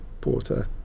Porter